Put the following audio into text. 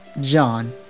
John